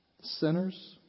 Sinners